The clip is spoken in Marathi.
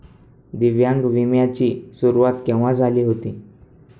दिव्यांग विम्या ची सुरुवात केव्हा झाली होती?